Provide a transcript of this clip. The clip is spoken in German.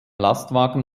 lastwagen